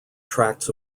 tracts